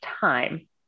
time